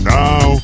now